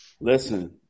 Listen